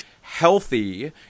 healthy